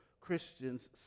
Christians